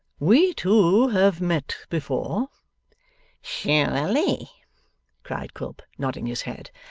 we two have met before surely, cried quilp, nodding his head.